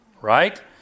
right